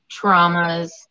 traumas